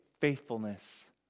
faithfulness